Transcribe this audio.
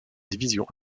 divisions